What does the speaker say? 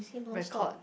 record